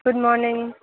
good morning